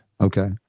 Okay